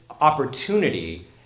opportunity